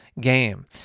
game